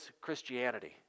Christianity